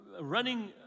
running